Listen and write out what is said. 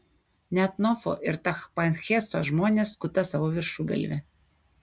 net nofo ir tachpanheso žmonės skuta savo viršugalvį